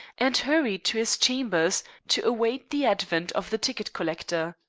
and hurried to his chambers to await the advent of the ticket-collector.